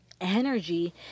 energy